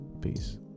peace